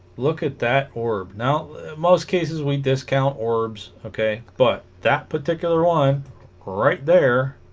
look at that orb now most cases we discount orbs okay but that particular one right there